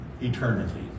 eternity